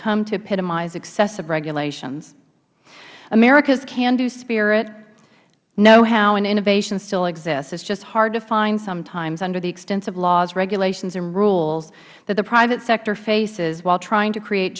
epitomize excessive regulations americas can do spirit know how and innovation still exist it is just hard to find sometimes under the extensive laws regulations and rules that the private sector faces while trying to create